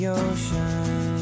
ocean